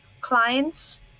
clients